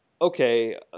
Okay